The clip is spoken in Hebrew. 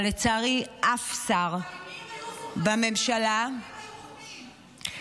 אבל לצערי אף שר בממשלה --- אבל עם מי הם היו עושים את העסקה?